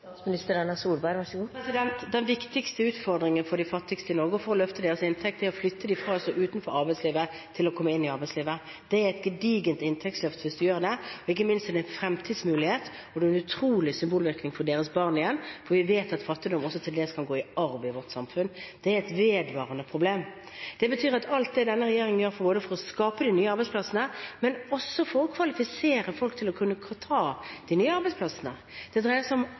Den viktigste utfordringen for de fattigste i Norge, og for å løfte deres inntekt, er å flytte dem fra å stå utenfor arbeidslivet til å komme inn i arbeidslivet. Det gir et gedigent inntektsløft hvis en gjør det, og ikke minst gir det en fremtidsmulighet – og det gir en utrolig symbolvirkning for deres barn igjen, for vi vet at fattigdom også til dels kan gå i arv i vårt samfunn. Det er et vedvarende problem. Det betyr at alt denne regjeringen gjør for å skape de nye arbeidsplassene, også er for å kvalifisere folk til å kunne ta de nye arbeidsplassene. Den stortingsmeldingen vi har levert, dreier seg om